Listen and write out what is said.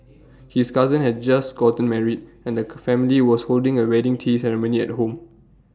his cousin had just gotten married and the family was holding A wedding tea ceremony at home